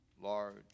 large